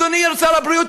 אדוני שר הבריאות,